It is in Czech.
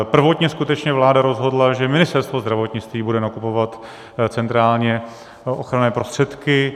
Prvotně skutečně vláda rozhodla, že Ministerstvo zdravotnictví bude nakupovat centrálně ochranné prostředky.